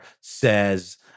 says